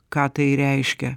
ką tai reiškia